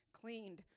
cleaned